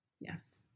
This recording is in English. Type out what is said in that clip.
Yes